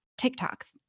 TikToks